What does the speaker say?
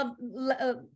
love